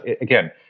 again